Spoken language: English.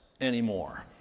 anymore